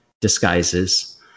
disguises